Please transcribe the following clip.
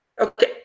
Okay